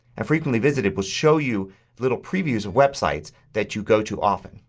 and frequently visited will show you little previews of websites that you go to often.